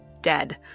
dead